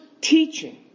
teaching